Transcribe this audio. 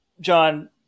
John